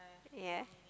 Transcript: yea